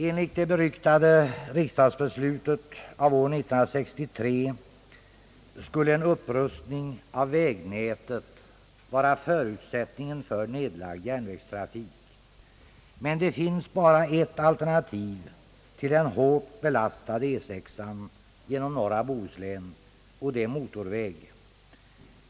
Enligt det beryktade riksdagsbeslutet av år 1963 skulle en upprustning av vägnätet vara förutsättningen för nedlagd järnvägstrafik. Det finns dock bara ett alternativ till den hårt belastade E 6:an genom norra Bohuslän, nämligen en motorväg.